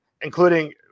Including